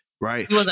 right